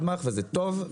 וזה טוב,